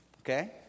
Okay